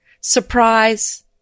surprise